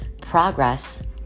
progress